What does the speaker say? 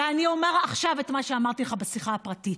ואני אומר עכשיו את מה שאמרתי לך בשיחה הפרטית: